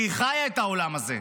כי היא חיה את העולם הזה,